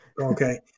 Okay